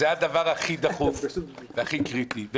זה הדבר הכי דחוף והכי קריטי.